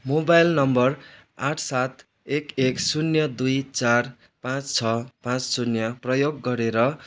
mobile number आठ सात एक एक शून्य दुई चार पाँच छ पाँच शून्य प्रयोग गरेर